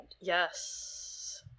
Yes